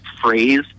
phrase